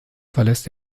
verlässt